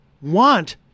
want